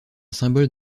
symbole